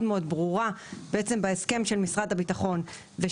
באופן מאוד ברור בהסכם שבין משרד הביטחון לבין החברות שמעסיקות.